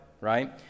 right